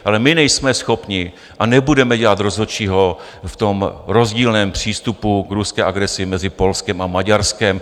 Ale my nejsme schopni a nebudeme dělat rozhodčího v tom rozdílném přístupu k ruské agresi mezi Polskem a Maďarskem.